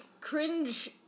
cringe